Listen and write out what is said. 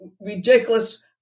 ridiculous